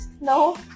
No